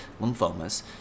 lymphomas